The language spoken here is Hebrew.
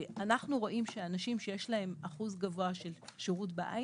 אנחנו רואים שאנשים שיש להם אחוז גבוה של שירות בעין,